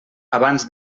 abans